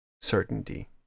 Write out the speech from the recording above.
certainty